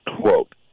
quote